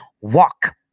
walk